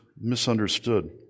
misunderstood